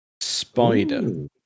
Spider